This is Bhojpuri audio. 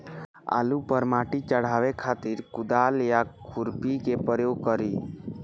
आलू पर माटी चढ़ावे खातिर कुदाल या खुरपी के प्रयोग करी?